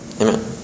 Amen